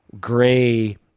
gray